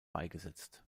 beigesetzt